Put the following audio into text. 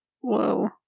Whoa